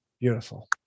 Beautiful